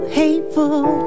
hateful